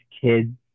kids